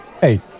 Hey